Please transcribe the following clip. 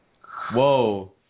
Whoa